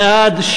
בעד,